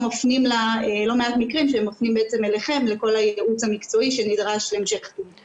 יש לא מעט מקרים שהם מפנים אליכם לכל הייעוץ המקצועי שנדרש להמשך טיפול.